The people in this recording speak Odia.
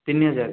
ତିନି ହଜାର